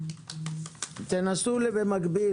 תנסו במקביל